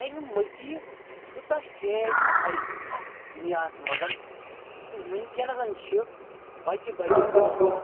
اَمہِ مٔزیٖد کۭژاہ چینٛج آیہِ اَتھ دُنیاہَس منٛز کہِ وٕنکیٚنَسَن چھِ بَجہِ بَجہِ ایپہٕ